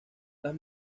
las